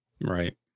right